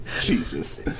Jesus